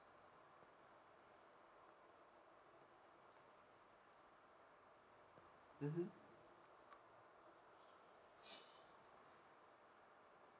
mmhmm